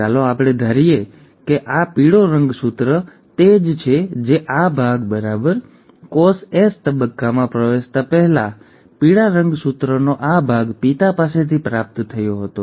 તો ચાલો આપણે ધારીએ કે આ પીળો રંગસૂત્ર તે જ છે જે આ ભાગ બરાબર કોષ S તબક્કામાં પ્રવેશતા પહેલા પીળા રંગસૂત્રનો આ ભાગ પિતા પાસેથી પ્રાપ્ત થયો હતો